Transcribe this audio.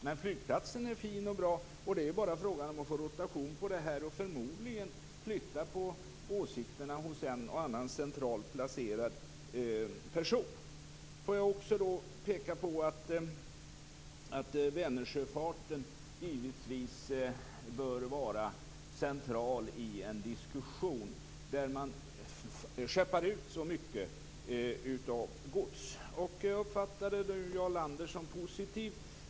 Men flygplatsen är fin och bra, och det är bara fråga om att åstadkomma litet rotation och ändra på åsikterna hos en och annan centralt placerad person. Jag vill också peka på att Vänernsjöfarten givetvis bör vara central i en diskussion med tanke på att man skeppar ut så mycket gods. Jag uppfattade Jarl Lander som positiv.